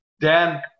Dan